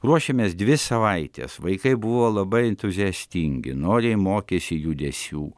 ruošėmės dvi savaites vaikai buvo labai entuziastingi noriai mokėsi judesių